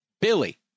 Billy